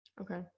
Okay